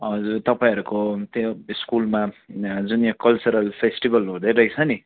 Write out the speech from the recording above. हजुर तपाईँहरूको त्यो स्कुलमा जुन यहाँ कल्चरल फेस्टिभल हुँदै रहेछ नि